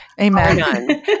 Amen